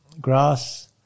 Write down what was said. grass